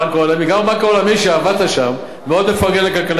גם הבנק העולמי שעבדת שם מאוד מפרגן לכלכלה הישראלית,